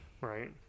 Right